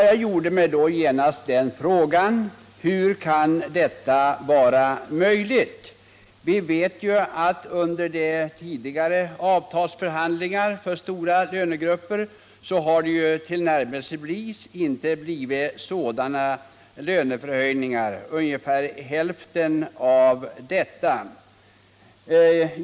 Jag ställde mig då genast frågan: Hur kan detta vara möjligt? Vi vet ju att under tidigare avtalsförhandlingar för stora löntagargrupper har det inte tillnärmelsevis blivit sådana löneförhöjningar, utan ungefär hälften av de uppgivna.